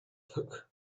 took